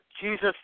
Jesus